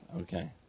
okay